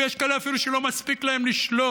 ויש אפילו כאלה שלא מספיק להם לשלוט.